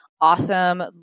awesome